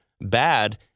bad